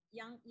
yang